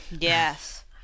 Yes